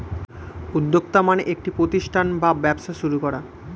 উদ্যোক্তা মানে একটি প্রতিষ্ঠান বা ব্যবসা শুরু করা